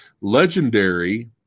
Legendary